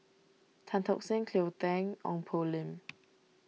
Tan Tock Seng Cleo Thang Ong Poh Lim